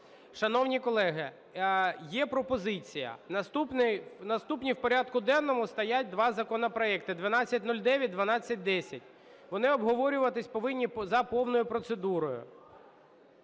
Шановні колеги, є пропозиція. Наступні в порядку денному стоять два законопроекти 1209, 1210, вони обговорюватися повинні за повною процедурою.